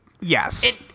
Yes